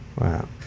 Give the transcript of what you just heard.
Wow